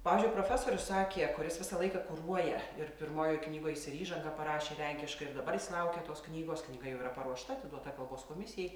pavyzdžiui profesorius sakė kuris visą laiką kuruoja ir pirmojoj knygoj jis ir įžangą parašė lenkiškai ir dabar laukia tos knygos knyga jau yra paruošta atiduota kalbos komisijai